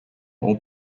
all